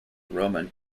roman